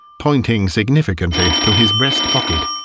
pointing significantly to his breastpocket,